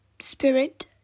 spirit